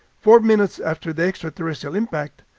four minutes after the extraterrestrial impact,